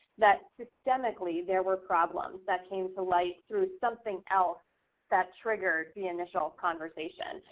that systemically there were problems that came to light through something else that triggered the initial conversation.